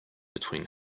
between